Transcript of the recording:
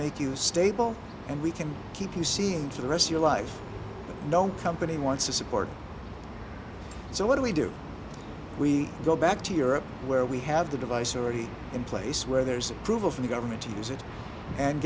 make you stable and we can keep you seeing for the rest your life no company wants to support so what do we do we go back to europe where we have the device already in place where there's approval from the government to use it and